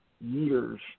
years